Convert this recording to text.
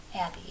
Abby